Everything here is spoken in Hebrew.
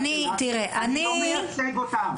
אני לא מייצג אותם.